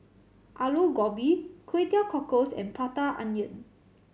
Aloo Gobi Kway Teow Cockles and Prata Onion